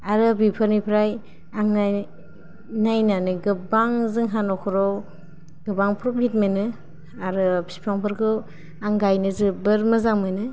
आरो बेफोरनिफ्राय आं नायनानै गोबां जोंहा नखराव गोबां फ्रपिट मोनो आरो फिफां फोरखौ आं गायनो जोबोद मोजां मोनो